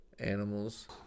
animals